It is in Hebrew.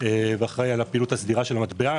ואחראי על הפעילות הסדירה של המטבע.